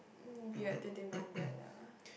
um weird they demanded lah